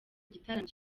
igitaramo